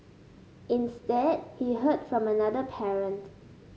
instead he heard from another parent